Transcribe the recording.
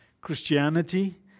Christianity